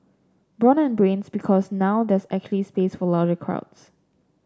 brawn and brains because now there's actually space for larger crowds